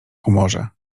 humorze